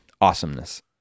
Awesomeness